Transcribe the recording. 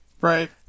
Right